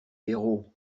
héros